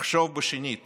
לחשוב שנית